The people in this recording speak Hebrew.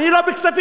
אני לא בכספים.